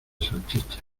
salchichas